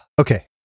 Okay